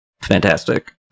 fantastic